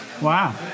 wow